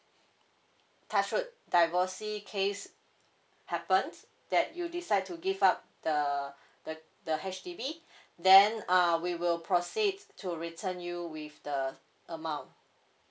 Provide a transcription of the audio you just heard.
touch wood divorce case happens that you decide to give up the the the H_D_B then um we will proceed to return you with the amount